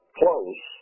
close